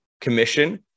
commission